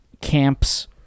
camps